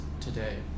today